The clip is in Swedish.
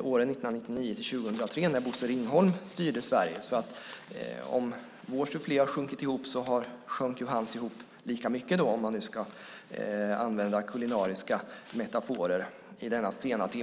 åren 1999-2003 när Bosse Ringholm styrde Sverige. Så om vår sufflé har sjunkit ihop sjönk ju hans ihop lika mycket, om man nu ska använda kulinariska metaforer i denna sena timme.